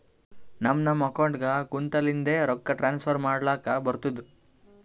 ನಮ್ ನಮ್ ಅಕೌಂಟ್ಗ ಕುಂತ್ತಲಿಂದೆ ರೊಕ್ಕಾ ಟ್ರಾನ್ಸ್ಫರ್ ಮಾಡ್ಲಕ್ ಬರ್ತುದ್